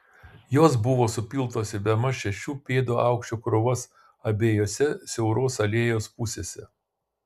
jos buvo supiltos į bemaž šešių pėdų aukščio krūvas abiejose siauros alėjos pusėse